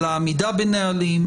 על העמידה בנהלים,